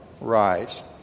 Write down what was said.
Rise